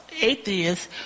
Atheists